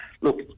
look